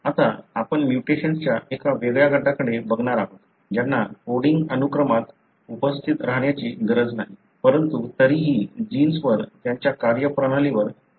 आता आपण म्युटेशन्सच्या एका वेगळ्या गटाकडे बघणार आहोत ज्यांना कोडिंग अनुक्रमात उपस्थित राहण्याची गरज नाही परंतु तरीही जिन्सवर त्यांच्या कार्यप्रणालीवर परिणाम करू शकतो